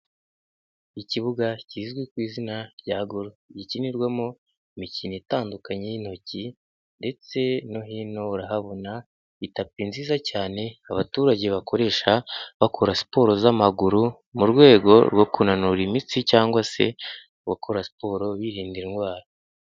Ikibuga kizwi ku izina rya golofe, gikinirwamo imikino itandukanye y'intoki. Ndetse no hino urahabona itapi nziza cyane abaturage bakoresha bakora siporo z'amaguru, mu rwego rwo kunanura imitsi cyangwa se bakora siporo birinda indwara.